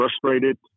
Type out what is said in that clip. frustrated